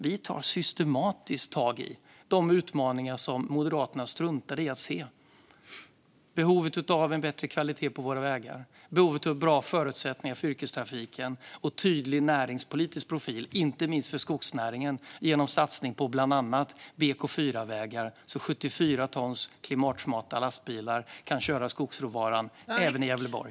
Vi tar systematiskt tag i de utmaningar som Moderaterna struntade i att se: behovet av en bättre kvalitet på våra vägar, behovet av bra förutsättningar för yrkestrafiken och en tydlig näringspolitisk profil, inte minst för skogsnäringen genom en satsning på bland annat BK4-vägar så att klimatsmarta 74-tonslastbilar kan köra skogsråvaran även i Gävleborg.